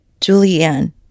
Julianne